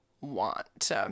want